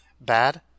bad